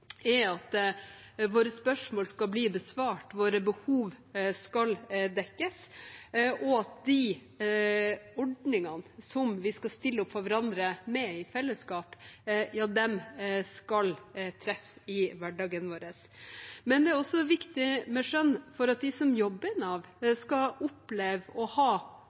er at spørsmålene våre skal bli besvart, behovene våre skal dekkes, og de ordningene som vi skal stille opp for hverandre med i fellesskap, skal treffe i hverdagen vår. Men det er også viktig med skjønn for at de som jobber i Nav, skal oppleve å ha